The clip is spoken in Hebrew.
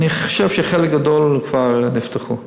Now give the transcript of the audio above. אני חושב שחלק גדול כבר נפתחו,